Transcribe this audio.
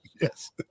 Yes